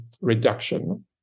reduction